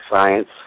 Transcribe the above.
science